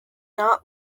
not